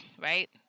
right